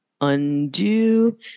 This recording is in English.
Undo